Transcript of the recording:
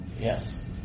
Yes